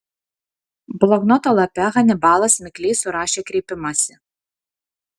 bloknoto lape hanibalas mikliai surašė kreipimąsi